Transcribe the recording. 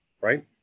right